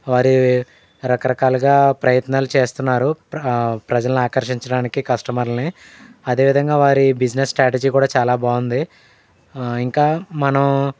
వారి రకరకాలుగా ప్రయత్నాలు చేస్తున్నారు ప్ర ప్రజలనాకర్షించడానికి కస్టమర్లని అదేవిధంగా వారి బిజినెస్ స్ట్రాటజి కూడా చాలా బాగుంది ఇంకా మనం